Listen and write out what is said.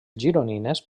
gironines